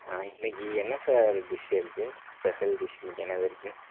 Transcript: ஆ இன்னைக்கு என்ன sir dish இருக்குது ஸ்பெஷல் டிஷ் இன்னைக்கு என்னது இருக்குது